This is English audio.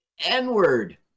N-word